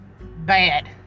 Bad